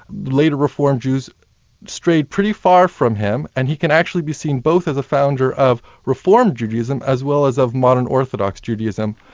later reform jews strayed pretty far from him, and he can actually be seen both as a founder of reform judaism as well as of modern orthodox judaism,